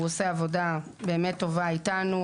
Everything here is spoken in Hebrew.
הוא עושה עבודה באמת טובה איתנו.